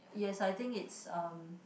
yes I think it's um